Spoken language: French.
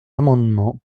amendements